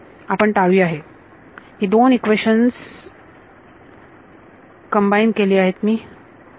आपण टाळूया हे ही दोन इक्वेशन्स कम्बाईन केली आहेत मी ओके